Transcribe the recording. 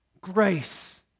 Grace